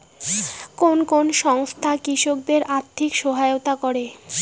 কোন কোন সংস্থা কৃষকদের আর্থিক সহায়তা করে?